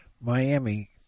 Miami